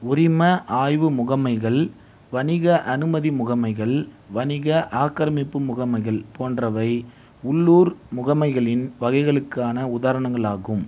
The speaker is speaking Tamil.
உரிம ஆய்வு முகமைகள் வணிக அனுமதி முகமைகள் வணிக ஆக்கிரமிப்பு முகமைகள் போன்றவை உள்ளூர் முகமைகளின் வகைகளுக்கான உதாரணங்களாகும்